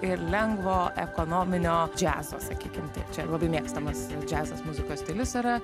ir lengvo ekonominio džiazo sakykim taip čia labai mėgstamas džiazas muzikos stilius yra